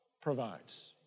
provides